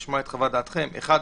לשמוע את חוות דעתכם ראשית,